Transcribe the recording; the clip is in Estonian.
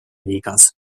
liigas